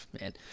man